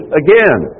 again